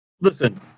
listen